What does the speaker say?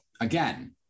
again